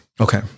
Okay